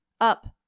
Up